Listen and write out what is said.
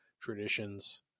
traditions